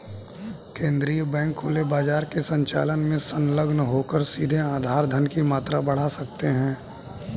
केंद्रीय बैंक खुले बाजार के संचालन में संलग्न होकर सीधे आधार धन की मात्रा बढ़ा सकते हैं